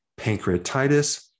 pancreatitis